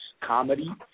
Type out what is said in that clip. comedy